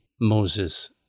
Moses